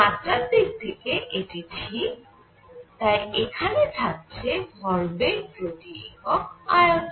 মাত্রার দিক থেকে এটি ঠিক তাই এখানে থাকছে ভরবেগ প্রতি একক আয়তন